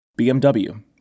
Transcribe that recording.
BMW